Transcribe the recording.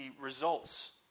results